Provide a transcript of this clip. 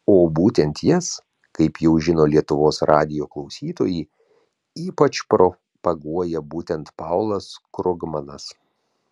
o būtent jas kaip jau žino lietuvos radijo klausytojai ypač propaguoja būtent paulas krugmanas